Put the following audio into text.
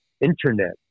Internet